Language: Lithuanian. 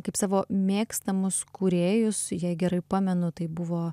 kaip savo mėgstamus kūrėjus jei gerai pamenu tai buvo